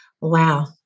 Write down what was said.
Wow